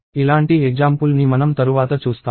ఇలాంటి ఎగ్జామ్పుల్ ని మనం తరువాత చూస్తాము